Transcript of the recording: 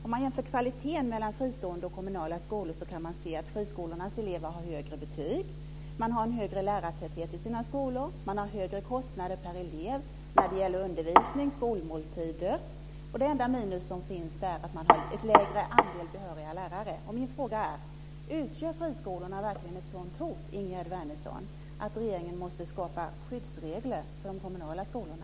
Om man jämför kvaliteten mellan fristående skolor och kommunala skolor kan man se att friskolornas elever har högre betyg. Man har en högre lärartäthet i sina skolor. Man har högre kostnader per elev när det gäller undervisning och skolmåltider. Det enda minus som finns är att man har en lägre andel behöriga lärare. Min fråga är: Utgör friskolorna verkligen ett sådant hot, Ingegerd Wärnersson, att regeringen måste skapa skyddsregler för de kommunala skolorna?